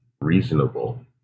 reasonable